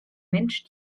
mensch